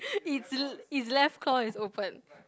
its l~ its left claw is open